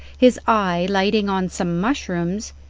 his eye lighting on some mushrooms,